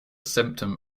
symptom